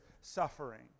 suffering